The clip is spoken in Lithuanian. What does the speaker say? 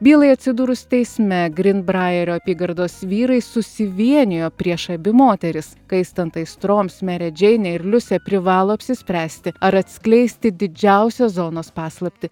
bylai atsidūrus teisme grinbrajerio apygardos vyrai susivienijo prieš abi moteris kaistant aistroms merė džeinė ir liusė privalo apsispręsti ar atskleisti didžiausią zonos paslaptį